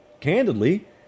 candidly